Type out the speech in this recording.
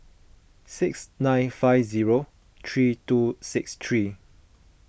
six nine five zero three two six three